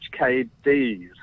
HKD's